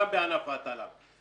גם בענף ההטלה.